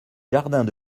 jardins